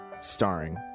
Starring